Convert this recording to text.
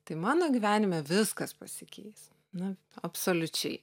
tai mano gyvenime viskas pasikeis na absoliučiai